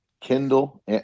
Kindle